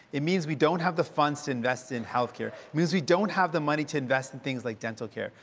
it means we don't have the funds to invest in health care, it means we don't have the money to invest in things like dental care.